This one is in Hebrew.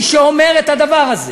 מי שאומר את הדבר הזה